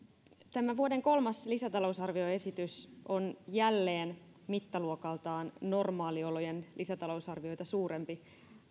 vuoden kolmas lisätalousarvioesitys on jälleen mittaluokaltaan normaaliolojen lisätalousarvioita suurempi